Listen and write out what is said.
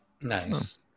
Nice